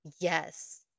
Yes